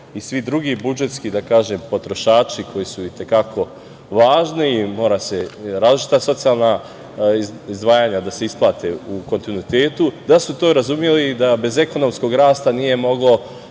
i svi drugi budžetski potrošači, koji su i te kako važni, moraju različita socijalna izdvajanja da se isplate u kontinuitetu, da su to razumeli i da se bez ekonomskog rasta nije moglo